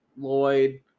Lloyd